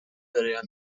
برایان